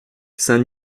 saint